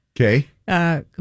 Okay